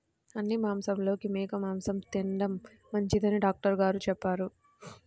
అన్ని మాంసాలలోకి మేక మాసం తిండం మంచిదని డాక్టర్ గారు చెప్పారు